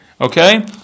Okay